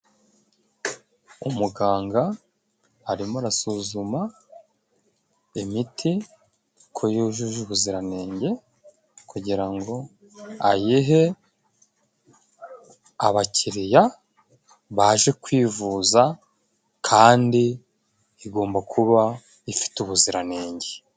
Umuganga arimo arasuzuma imiti ko yujuje ubuziranenge kugira ngo ayihe abakiriya baje kwivuza kandi igomba kuba ifite ubuziranenge.